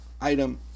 item